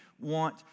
want